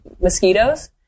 mosquitoes